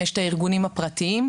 יש את הארגונים הפרטיים.